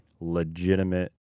legitimate